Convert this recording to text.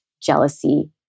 jealousy